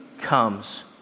comes